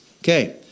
Okay